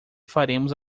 faremos